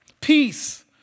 Peace